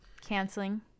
Canceling